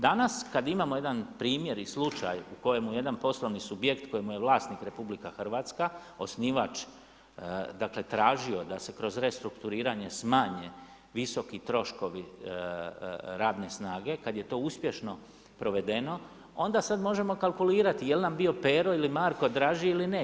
Danas kad imamo jedan primjer i slučaj u kojemu jedan poslovni subjekt kojemu je vlasnik RH, osnivač dakle, tražio da se kroz restrukturiranje smanje visoki troškovi radne snage, kad je to uspješno provedeno, onda sad možemo kalkulirati jel nam bio Pero ili Marko draži ili ne.